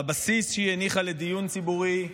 והבסיס שהיא הניחה לדיון ציבורי,